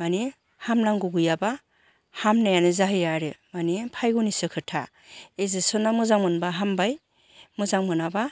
माने हामनांगौ गैयाबा हामनायानो जाहैया आरो मानि भायग'निसो खोथा इनजिकसना मोजां मोनबा हामबाय मोजां मोनाबा